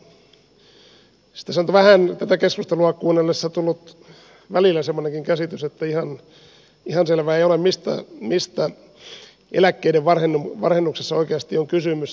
tässä on nyt vähän tätä keskustelua kuunnellessa tullut välillä semmoinenkin käsitys että ihan selvää ei ole mistä eläkkeiden varhennuksessa oikeasti on kysymys